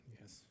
Yes